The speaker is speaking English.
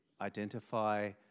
identify